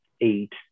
eight